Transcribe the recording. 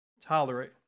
Tolerate